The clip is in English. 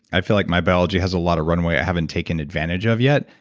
i feel like my biology has a lot of runway i haven't taken advantage of yet,